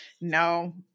No